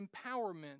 empowerment